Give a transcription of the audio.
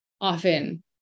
often